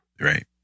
Right